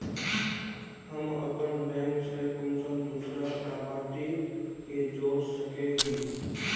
हम अपन बैंक से कुंसम दूसरा लाभारती के जोड़ सके हिय?